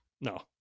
no